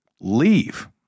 Leave